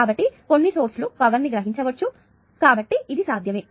కాబట్టి కొన్ని సోర్స్ లు పవర్ ని గ్రహించవచ్చు కాబట్టి ఇది సాధ్యమే